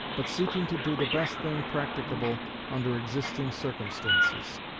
but seeking to do the best thing practicable under existing circumstances.